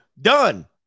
Done